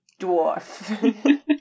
Dwarf